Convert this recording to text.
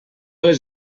les